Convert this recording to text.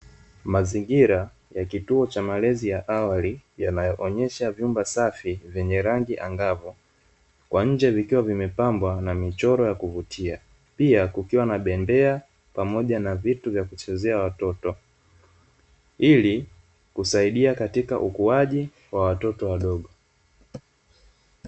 Mazingira ya kituo cha malezi ya awali yanaonyesha vyumba safi vyenye rangi angavu, kwa nje vikiwa vimepambwa na michoro ya kuvutia. Pia kukiwa na bembea pamoja na vitu vya kuchezea watoto, ili kusaidia katika ukuaji wa watoto wadogo.